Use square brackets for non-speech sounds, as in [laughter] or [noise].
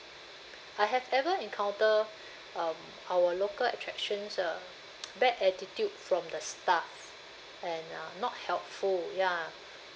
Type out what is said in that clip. I have ever encounter um our local attractions uh [noise] bad attitude from the staff and uh not helpful ya